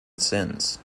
since